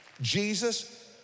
Jesus